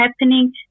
happening